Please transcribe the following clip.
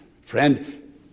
Friend